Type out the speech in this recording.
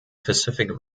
pacific